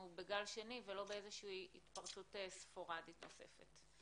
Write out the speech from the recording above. בגל שני ולא איזו התפרצות ספורדית נוספת?